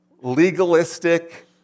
Legalistic